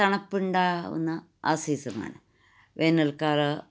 തണുപ്പ് ഉണ്ടാവുന്ന ആ സീസ ണാണ് വേനൽക്കാലം